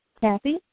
Kathy